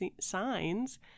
signs